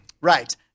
right